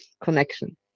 connection